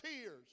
tears